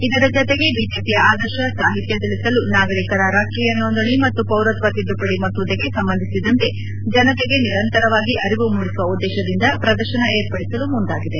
ಇದರ ಜತೆಗೆ ಬಜೆಪಿಯ ಆದರ್ಶ ಸಾಹಿತ್ಯ ತಿಳಿಸಲು ನಾಗರಿಕರ ರಾಷ್ಷೀಯ ನೋಂದಣಿ ಮತ್ತು ಪೌರತ್ವ ತಿದ್ದುಪಡಿ ಮಸೂದೆಗೆ ಸಂಬಂಧಿಸಿದಂತೆ ಜನತೆಗೆ ನಿರಂತರವಾಗಿ ಅರಿವು ಮೂಡಿಸುವ ಉದ್ದೇಶದಿಂದ ಪ್ರದರ್ಶನ ಏರ್ಪಡಿಸಲು ಮುಂದಾಗಿದೆ